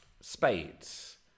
Spades